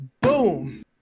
Boom